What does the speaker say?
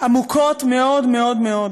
עמוקות מאוד מאוד מאוד.